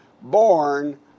born